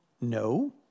No